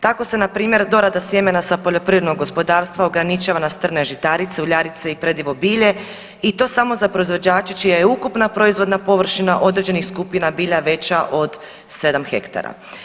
Tako se na primjer dorada sjemena sa poljoprivrednog gospodarstva ograničava na strne žitarice, uljarice i predivo bilje i to samo za proizvođače čija je ukupna proizvodna površina određenih skupina bilja veća od 7 hektara.